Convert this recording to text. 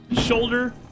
Shoulder